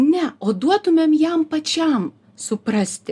ne o duotumėm jam pačiam suprasti